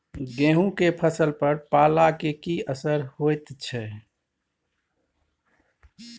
गेहूं के फसल पर पाला के की असर होयत छै?